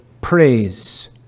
praise